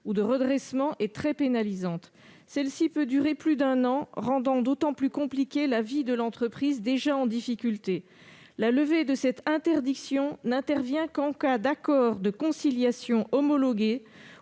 ou de redressement est très pénalisante. Cette interdiction peut durer plus d'un an, ce qui rend d'autant plus compliquée la vie de l'entreprise déjà en difficulté. La levée de cette interdiction n'intervient qu'en cas d'homologation d'un